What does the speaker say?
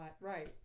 Right